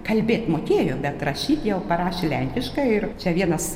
kalbėt mokėjo bet rašyt jau parašė lenkiškai ir čia vienas